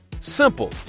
Simple